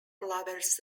lovers